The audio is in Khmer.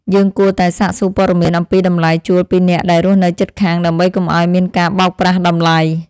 យើងគួរតែសាកសួរព័ត៌មានអំពីតម្លៃជួលពីអ្នកដែលរស់នៅជិតខាង ដើម្បីកុំឱ្យមានការបោកប្រាស់តម្លៃ។